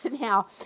Now